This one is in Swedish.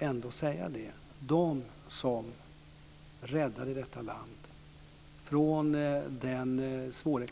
De partier som räddade detta land från den svåra